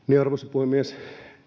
puhemies